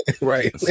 Right